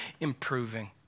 improving